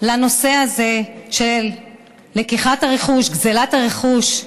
לנושא הזה של לקיחת הרכוש,